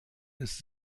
ist